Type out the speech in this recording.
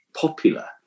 popular